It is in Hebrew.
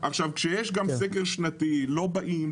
כשיש סקר שנתי לא באים,